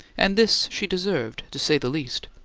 and this she deserved, to say the least.